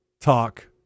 Talk